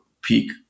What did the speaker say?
peak